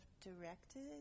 directed